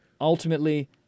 Ultimately